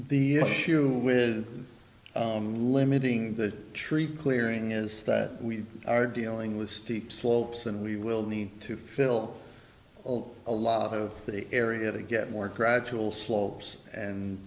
the issue with limiting the tree clearing is that we are dealing with steep slopes and we will need to fill all a lot of the area to get more gradual slopes and